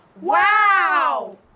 Wow